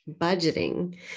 budgeting